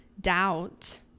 doubt